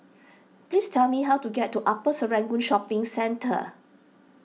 please tell me how to get to Upper Serangoon Shopping Centre